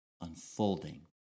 unfolding